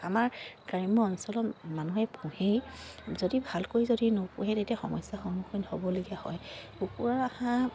আমাৰ গ্ৰাম্য অঞ্চলত মানুহে পোহেই যদি ভালকৈ যদি নোপোহে তেতিয়া সমস্যাৰ সন্মুখীন হ'বলগীয়া হয় কুকুৰা হাঁহ